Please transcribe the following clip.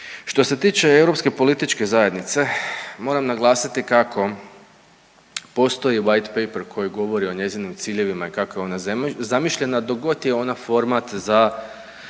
Što se tiče Europske političke zajednice, moram naglasiti kako postoji white paper koji govori o njezinim ciljevima i kako je ona zamišljena dok god je ona format za